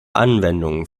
anwendungen